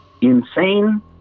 insane